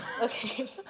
Okay